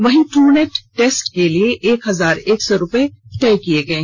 वहीं Truenat test के लिए एक हजार एक सौ रूप्ये तय किये गये